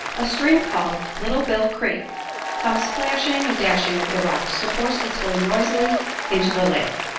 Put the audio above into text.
a stream called little bill creek comes splashing and dashing over the rocks to force its way noisily into the lake.